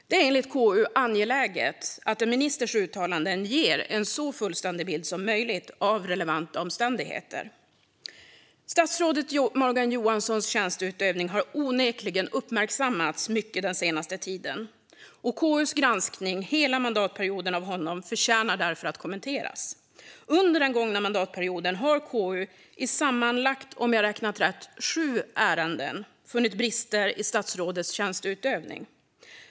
Det är enligt KU angeläget att en ministers uttalanden ger en så fullständig bild som möjligt av relevanta omständigheter. Statsrådet Morgan Johanssons tjänsteutövning har onekligen uppmärksammats mycket den senaste tiden, och KU:s granskning av honom under hela mandatperioden förtjänar därför att kommenteras. Under den gångna mandatperioden har KU i sammanlagt sju ärenden, om jag räknat rätt, funnit brister i statsrådets tjänsteutövning.